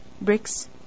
bricks